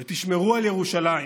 ותשמרו על ירושלים.